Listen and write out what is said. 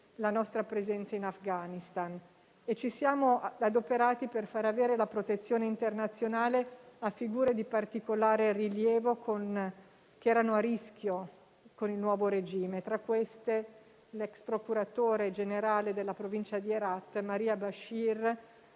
la nostra presenza in Afghanistan. Ci siamo adoperati per fare avere la protezione internazionale a figure di particolare rilievo che erano a rischio con il nuovo regime. Tra queste l'ex procuratore generale della provincia di Herat, Maria Bashir,